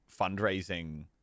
fundraising